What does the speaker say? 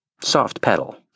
soft-pedal